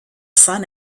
sun